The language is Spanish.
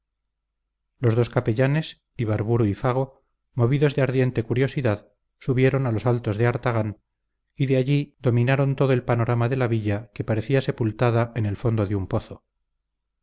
los dos capellanes ibarburu y fago movidos de ardiente curiosidad subieron a los altos de artagán y de allí dominaron todo el panorama de la villa que parecía sepultada en el fondo de un pozo